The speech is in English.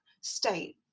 state